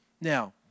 Now